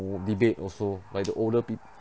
debate also like the older peo~